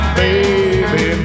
baby